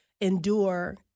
endure